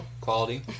quality